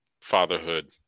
fatherhood